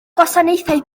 gwasanaethau